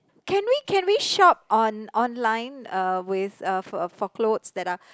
can we can we shop on online uh with uh for for clothes that are